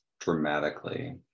dramatically